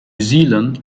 zealand